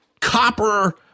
copper